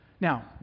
Now